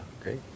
Great